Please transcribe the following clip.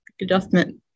adjustment